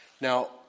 Now